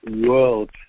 World